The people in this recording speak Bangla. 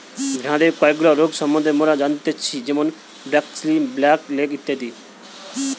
ভেড়াদের কয়েকগুলা রোগ সম্বন্ধে মোরা জানতেচ্ছি যেরম ব্র্যাক্সি, ব্ল্যাক লেগ ইত্যাদি